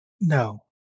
no